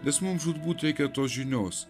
nes mums žūtbūt reikia tos žinios